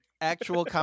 Actual